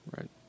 right